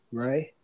right